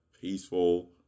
peaceful